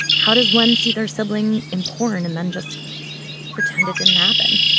how does one see their sibling in porn and then just pretend it didn't happen?